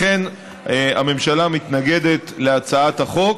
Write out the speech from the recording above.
לכן, הממשלה מתנגדת להצעת החוק.